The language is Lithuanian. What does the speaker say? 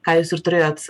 ką jūs ir turėjot